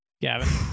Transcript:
Gavin